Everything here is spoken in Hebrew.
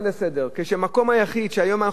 כשהמקום היחיד שהיום אנחנו מעלים את זה,